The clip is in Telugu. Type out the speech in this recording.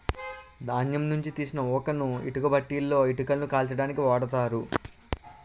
ధాన్యం నుంచి తీసిన ఊకను ఇటుక బట్టీలలో ఇటుకలను కాల్చడానికి ఓడుతారు